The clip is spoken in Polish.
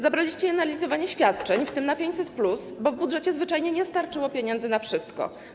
Zabraliście je na realizowanie świadczeń, w tym na 500+, bo w budżecie zwyczajnie nie starczyło pieniędzy na wszystko.